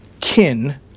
kin